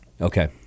okay